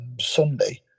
Sunday